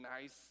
nice